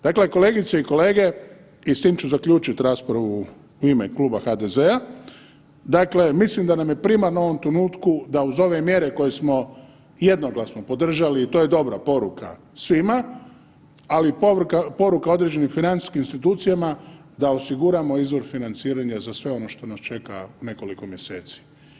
Dakle, kolegice i kolege i s tim ću zaključiti raspravu u ime Kluba HDZ-a, dakle mislim da nam je primarno u ovom trenutku da uz ove mjere koje smo jednoglasno podržali i to je dobra poruka svima, ali i poruka određenim financijskim institucijama da osiguramo izvor financiranja za sve ono što nas čeka nekoliko mjeseci.